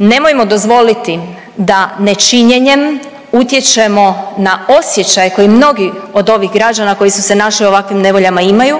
Nemojmo dozvoliti da nečinjenjem utječemo na osjećaj koji mnogi od ovih građana koji su se našli u ovakvim nevoljama imaju,